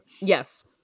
Yes